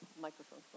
Microphone